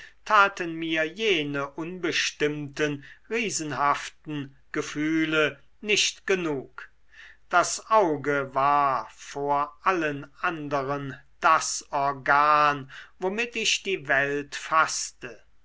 taten mir jene unbestimmten riesenhaften gefühle nicht genug das auge war vor allen anderen das organ womit ich die welt faßte